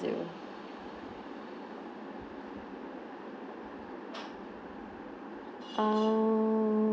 zero um~